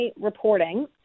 reporting